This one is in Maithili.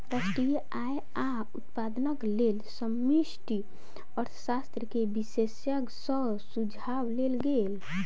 राष्ट्रीय आय आ उत्पादनक लेल समष्टि अर्थशास्त्र के विशेषज्ञ सॅ सुझाव लेल गेल